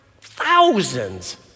thousands